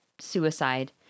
suicide